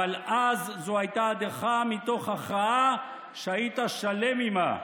אבל אז זאת הייתה הדחה מתוך הכרעה שהיית שלם עימה.